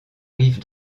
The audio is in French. rive